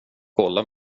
kolla